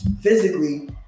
physically